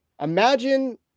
imagine